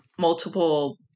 multiple